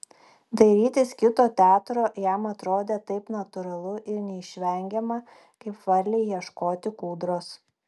dairytis kito teatro jam atrodė taip natūralu ir neišvengiama kaip varlei ieškoti kūdros